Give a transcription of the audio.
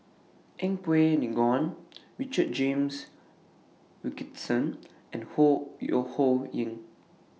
Yeng Pway Ngon Richard James Wilkinson and Ho Yo Ho Ying